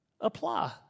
apply